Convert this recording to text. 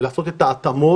לעשות את ההתאמות.